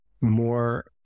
more